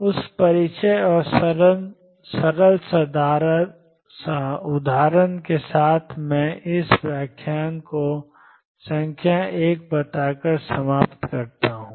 उस परिचय और सरल उदाहरण के साथ मैं इस व्याख्यान को संख्या १ बताकर समाप्त करता हूं